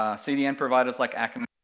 senior end providers like akamai,